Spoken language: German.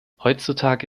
heutzutage